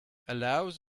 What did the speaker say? allows